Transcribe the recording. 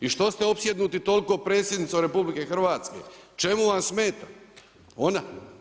I što ste opsjednuti toliko predsjednicom RH, čemu vam smeta ona?